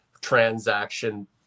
transaction